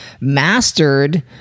mastered